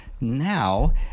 now